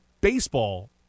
baseball